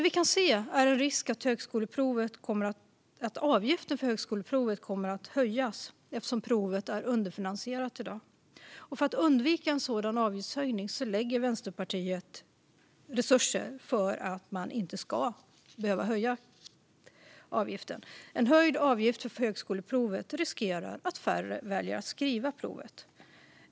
Vi ser en risk att avgiften för högskoleprovet kan komma att höjas eftersom provet är underfinansierat i dag. Vänsterpartiet lägger resurser för att undvika en sådan avgiftshöjning för högskoleprovet, då det riskerar att leda till att färre väljer att skriva provet.